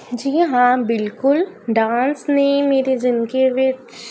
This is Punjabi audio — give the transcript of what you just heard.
ਜੀ ਹਾਂ ਬਿਲਕੁਲ ਡਾਂਸ ਨੇ ਮੇਰੀ ਜ਼ਿੰਦਗੀ ਵਿੱਚ